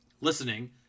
listening